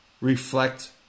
reflect